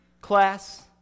class